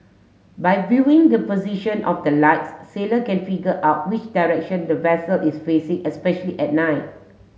by viewing the position of the lights sailor can figure out which direction the vessel is facing especially at night